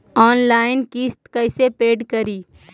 Online किस्त कैसे paid करि?